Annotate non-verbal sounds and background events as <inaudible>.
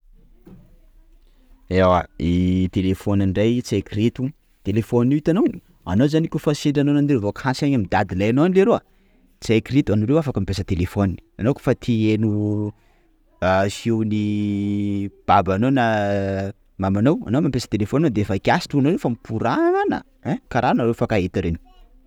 Ewa telefaonina indray tsaiky reto telefaonina io itanao anao zany kôfa sendra nandeha vacance any amin'ny dadilahinao any leroa! _x000D_ Tsaiky reto anareo afaka mampiasa telefaoniny! _x000D_ Anao koafa ty hiaino <hesitation> feon'ny babanao na mamanao anao mampiasa telefaonina defa kiasy to! _x000D_ Nare efa mikorana!!! _x000D_ Kara anareo mifankahita reny.